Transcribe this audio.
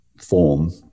form